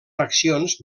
accions